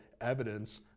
evidence